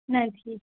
નથી